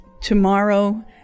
tomorrow